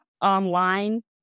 online